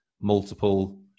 multiple